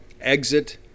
exit